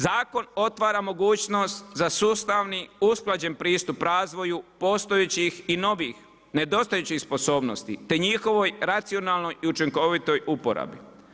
Zakon otvara mogućnost za sustavni usklađen pristup razvoju, postojećih i novih nepostojećih sposobnosti, te njihovoj racionalnoj i učinkovitoj uporabi.